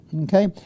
okay